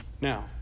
Now